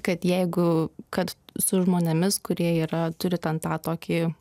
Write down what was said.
kad jeigu kad su žmonėmis kurie yra turi ten tą tokį